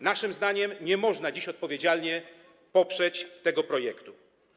Naszym zdaniem nie można dziś odpowiedzialnie poprzeć tego projektu.